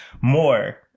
more